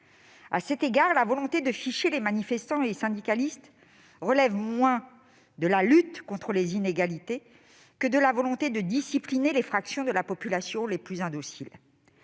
À cet égard, la volonté de ficher les manifestants et les syndicalistes relève moins de la lutte contre les inégalités que de la volonté de discipliner les fractions de la population les plus « indociles